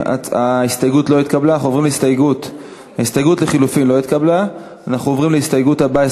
ההסתייגות לחלופין של קבוצת סיעת חד"ש,